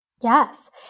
Yes